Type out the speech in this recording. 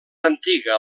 antiga